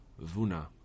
Vuna